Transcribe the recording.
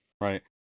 Right